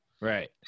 right